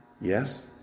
yes